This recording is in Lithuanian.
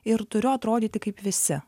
ir turiu atrodyti kaip visi